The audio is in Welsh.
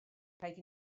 rhaid